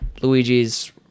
Luigi's